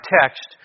text